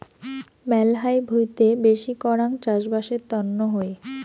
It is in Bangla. মেলহাই ভুঁইতে বেশি করাং চাষবাসের তন্ন হই